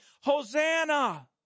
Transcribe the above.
Hosanna